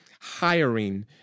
hiring